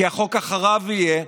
כי החוק אחריו יהיה: